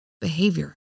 behavior